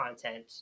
content